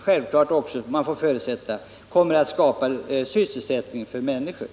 Självfallet måste man förutsätta att detta kommer att skapa sysselsättningstillfällen.